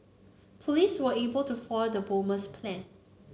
police were able to foil the bomber's plan